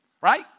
Right